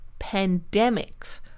pandemics